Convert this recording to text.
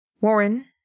Warren